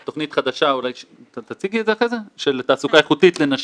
תכניות הלימודים שגם יהיה שם ניסיון שבת שתצא תצא עם ניסיון.